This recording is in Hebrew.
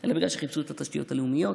אלא בגלל שחיפשו את התשתיות הלאומיות,